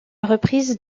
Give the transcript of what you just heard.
reprise